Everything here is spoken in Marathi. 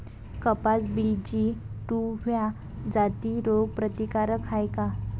कपास बी.जी टू ह्या जाती रोग प्रतिकारक हाये का?